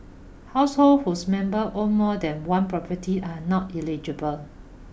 households whose member own more than one property are not eligible